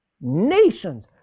nations